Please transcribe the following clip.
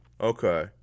okay